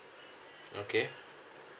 okay